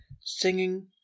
singing